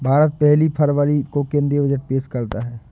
भारत पहली फरवरी को केंद्रीय बजट पेश करता है